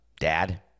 Dad